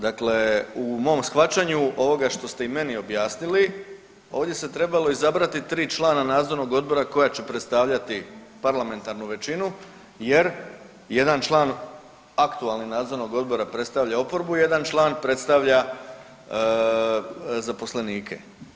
Dakle u mom shvaćanju ovoga što ste i meni objasnili, ovdje se trebalo izabrati 3 člana Nadzornog odbora koja će predstavljati parlamentarnu većinu jer jedan član, aktualni, Nadzornog odbora predstavlja oporbu, jedan član predstavlja zaposlenike.